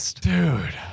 Dude